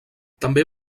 també